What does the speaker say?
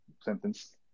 sentence